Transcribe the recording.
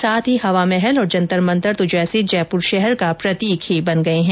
साथ ही हवामहल और जंतर मंतर तो जैसे जयपुर शहर का प्रतीक ही बन गये हैं